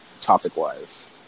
topic-wise